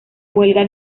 huelga